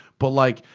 but like,